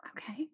okay